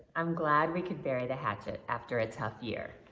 am glad we could bury the hatchet after a tough year.